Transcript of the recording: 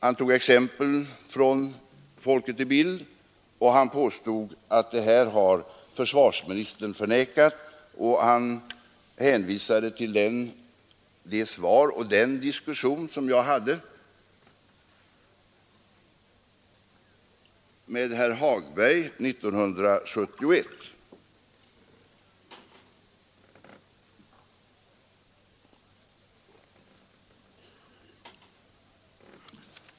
Han tog exempel från Folket i Bild, och han påstod att det här har försvarsministern förnekat. Han hänvisade till det svar som jag lämnade på en interpellation av herr Hagberg 1971 och den diskussion som följde.